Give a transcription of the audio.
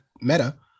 Meta